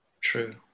True